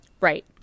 Right